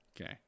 okay